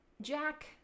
Jack